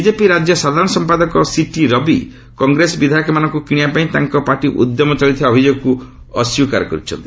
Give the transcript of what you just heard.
BJP ରାଜ୍ୟ ସାଧାରଣ ସଂପାଦକ ସିଟିରବି କଂଗ୍ରେସ ବିଧାୟକମାନଙ୍କ କିଶିବା ପାଇଁ ତାଙ୍କ ପାଟି ଉଦ୍ୟମ ଚଳାଇଥିବା ଅଭିଯୋଗକୁ ଅସ୍ୱୀକାର କରିଛନ୍ତି